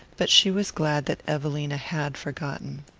but she was glad that evelina had forgotten.